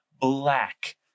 black